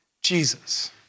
Jesus